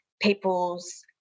people's